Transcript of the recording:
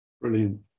Brilliant